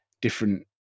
different